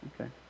Okay